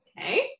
Okay